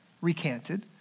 recanted